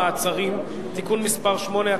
מעצרים) (תיקון מס' 8),